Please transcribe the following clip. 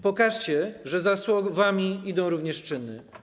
Pokażcie, że za słowami idą również czyny.